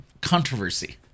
controversy